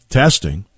testing